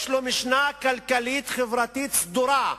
יש לו משנה כלכלית-חברתית סדורה.